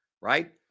Right